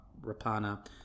Rapana